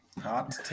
hot